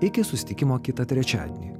iki susitikimo kitą trečiadienį